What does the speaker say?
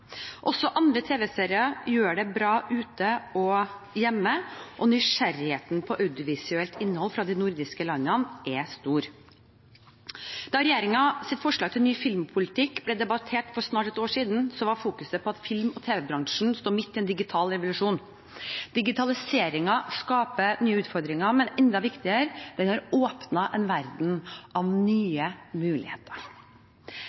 Også andre tv-serier gjør det bra ute og hjemme. Nysgjerrigheten på audiovisuelt innhold fra de nordiske landene er stor. Da regjeringens forslag til ny filmpolitikk ble debattert for snart ett år siden, ble det fokusert på at film- og tv-bransjen står midt i en digital revolusjon. Digitaliseringen skaper nye utfordringer, men enda viktigere er det at den har åpnet en verden av